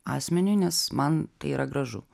asmeniui nes man tai yra gražu